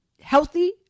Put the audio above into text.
healthy